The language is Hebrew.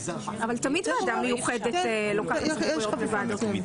אבל תמיד ועדה מיוחדת לוקחת סמכויות מוועדות קבועות.